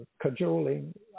cajoling